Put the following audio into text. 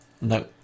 No